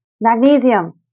magnesium